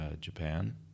Japan